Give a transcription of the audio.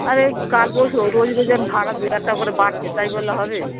আরে কাল পরশু রোজ রোজ এরকম ভাড়া এক টাকা করে বাড়ছে তাই বল হবে